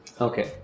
Okay